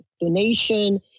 donation